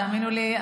תאמינו לי,